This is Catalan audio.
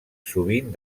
sovint